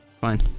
Fine